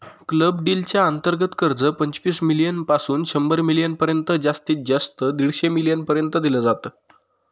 club deal च्या अंतर्गत कर्ज, पंचवीस मिलीयन पासून शंभर मिलीयन पर्यंत जास्तीत जास्त दीडशे मिलीयन पर्यंत दिल जात